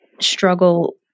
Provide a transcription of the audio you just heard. struggle